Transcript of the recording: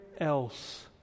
else